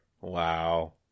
Wow